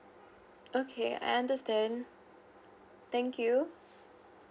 okay I understand thank you